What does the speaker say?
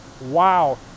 Wow